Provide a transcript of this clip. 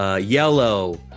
yellow